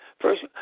first